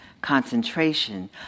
concentration